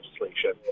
legislation